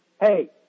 hey